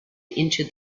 into